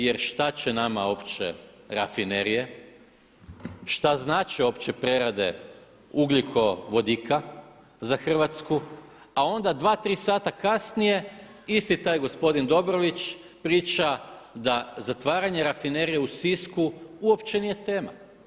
Jer šta će nama opće rafinerije, šta znače opće prerade ugljikovodika za Hrvatsku a onda dva, tri sata kasnije isti taj gospodin Dobrović priča da zatvaranje rafinerije u Sisku uopće nije tema.